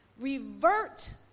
Revert